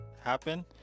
happen